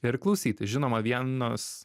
ir klausytis žinoma vienos